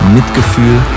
Mitgefühl